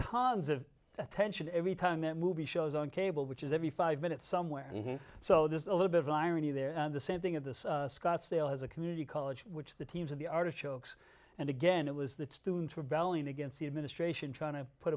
tons of attention every time a movie shows on cable which is every five minutes somewhere so there's a little bit of irony there the same thing at this scottsdale has a community college which the teams in the artichokes and again it was that students were valiant against the administration trying to put